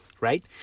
right